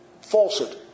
Falsehood